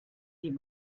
sie